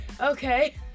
Okay